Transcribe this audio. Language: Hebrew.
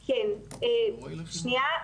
שנייה.